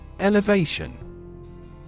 Elevation